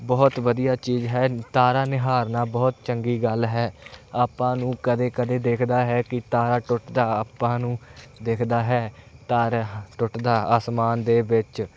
ਬਹੁਤ ਵਧੀਆ ਚੀਜ਼ ਹੈ ਤਾਰਾ ਨਿਹਾਰਨਾ ਬਹੁਤ ਚੰਗੀ ਗੱਲ ਹੈ ਆਪਾਂ ਨੂੰ ਕਦੇ ਕਦੇ ਦਿੱਖਦਾ ਹੈ ਕਿ ਤਾਰਾ ਟੁੱਟਦਾ ਆਪਾਂ ਨੂੰ ਦਿੱਖਦਾ ਹੈ ਤਾਰਾ ਟੁੱਟਦਾ ਅਸਮਾਨ ਦੇ ਵਿੱਚ